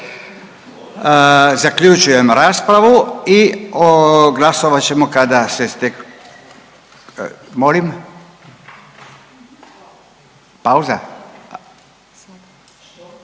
Zaključujem raspravu i glasat ćemo kada se steknu